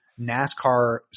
NASCAR